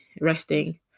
resting